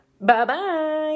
Bye-bye